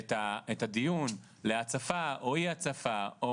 את הדיון להצפה או אי הצפה,